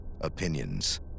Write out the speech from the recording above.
opinions